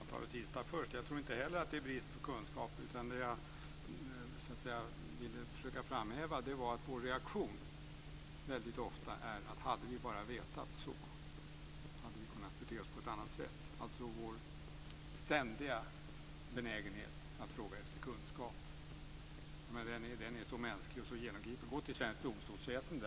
Fru talman! Jag tar det sista först. Jag tror inte heller att det är brist på kunskap. Det jag ville försöka framhäva var att vår reaktion väldigt ofta är att hade vi bara vetat så hade vi kunnat bete oss på ett annat sätt. Det handlar alltså om vår ständiga benägenhet att fråga efter kunskap. Den är så mänsklig och så genomgripande. Vi kan gå till svenskt domstolsväsende.